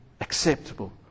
acceptable